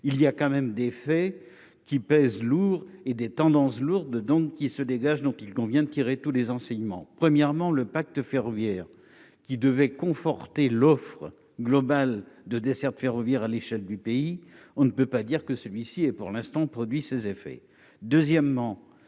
il y a quand même des faits qui pèse lourd et des tendances lourdes donc qui se dégage donc il convient de tirer tous les enseignements, premièrement le pacte ferroviaire qui devait conforter l'offre globale de desserte ferroviaire à l'échelle du pays, on ne peut pas dire que celui-ci est pour l'instant, produit ses effets,